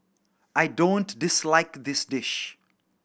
I don't dislike this dish